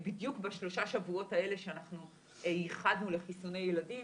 בדיוק בשלושה שבועות האלה שאנחנו איחדנו לחיסוני ילדים.